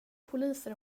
poliser